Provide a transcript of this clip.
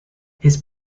his